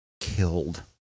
killed